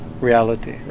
reality